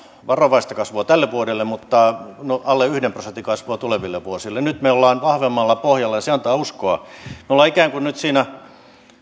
varovaista kasvua tälle vuodelle no alle yhden prosentin kasvua tuleville vuosille nyt me olemme vahvemmalla pohjalla ja se antaa uskoa me olemme ikään kuin nyt siinä